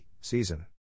season